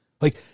Like-